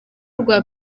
rwa